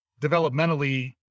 developmentally